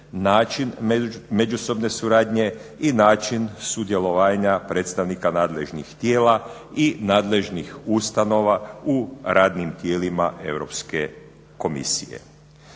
način međusobne suradnje i način sudjelovanja predstavnika nadležnih tijela i nadležnih ustanova u radnim tijelima Europske komisije.